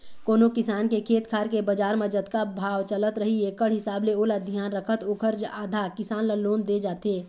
कोनो किसान के खेत खार के बजार म जतका भाव चलत रही एकड़ हिसाब ले ओला धियान रखत ओखर आधा, किसान ल लोन दे जाथे